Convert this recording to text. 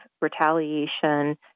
retaliation